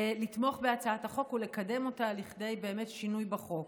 לתמוך בהצעת החוק ולקדם אותה לכדי שינוי בחוק.